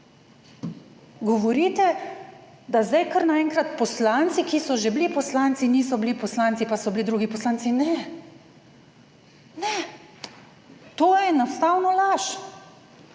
Govorite, da sedaj, kar naenkrat poslanci, ki so že bili poslanci, niso bili poslanci, pa so bili drugi poslanci. Ne, ne, to je enostavno laž,